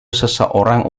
seseorang